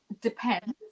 depends